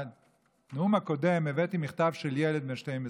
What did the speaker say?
בנאום הקודם הבאתי מכתב של ילד בן 12,